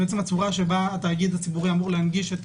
הצורה שבה התאגיד הציבורי אמור להנגיש את